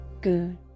Good